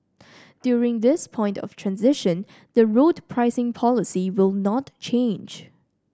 during this point of transition the road pricing policy will not change